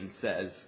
says